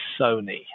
sony